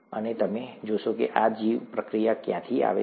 અને તમે જશો આ જીવપ્રક્રિયા ક્યાંથી આવે છે